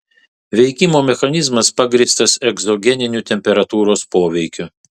veikimo mechanizmas pagrįstas egzogeniniu temperatūros poveikiu